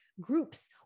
groups